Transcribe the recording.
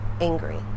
angry